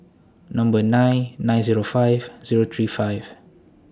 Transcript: Number nine nine Zero five Zero three five